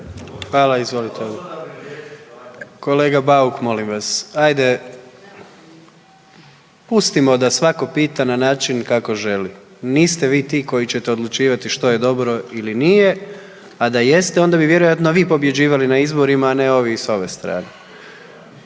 Hvala. Izvolite odgovor. Kolega Bauk, molim vas, ajde pustimo da svako pita na način kako želi. Niste vi ti koji ćete odlučivati što je dobro ili nije, a da jeste onda bi vjerojatno vi pobjeđivali na izborima, a ne ovi s ove strane.